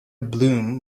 bloom